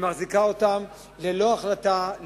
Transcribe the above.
שמחזיקה אותם ללא החלטה,